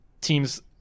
teams